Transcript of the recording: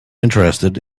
interested